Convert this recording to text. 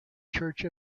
church